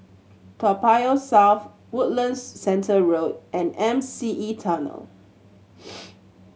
Toa Payoh South Woodlands Centre Road and M C E Tunnel